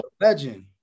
legend